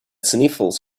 sniffles